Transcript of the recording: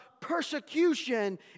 persecution